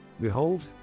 Behold